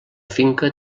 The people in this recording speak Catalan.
finca